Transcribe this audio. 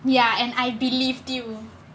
ya and I believe you